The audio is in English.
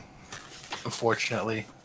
Unfortunately